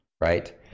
right